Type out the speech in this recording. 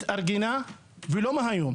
התארגנה ולא מהיום